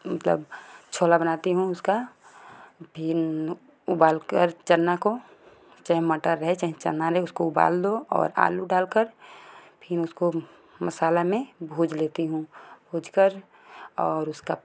मतलब छोला बनाती हूँ उसका फिर उबाल कर चना को चाहे मटर रहे चाहे चना रहे उसको उबाल दो आलू डाल कर फिर उसको मसाला में भूज लेती हूँ भूजकर और उसका